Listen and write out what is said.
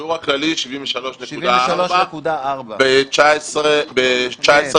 בשיעור הכללי 73.4% ב-19 בחינות,